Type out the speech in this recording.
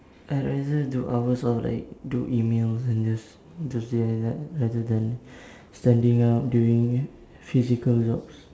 I'd rather do hours of like do emails and just to stay like that rather than standing up doing physical jobs